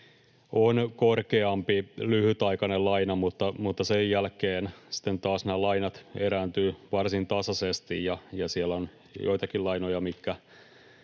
on korkeampi lyhytaikainen laina, mutta sen jälkeen sitten taas nämä lainat erääntyvät varsin tasaisesti, ja siellä on joitakin lainoja, mitkä